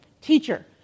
Teacher